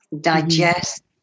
digest